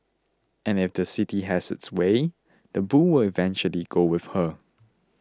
and if the city has its way the bull will eventually go with her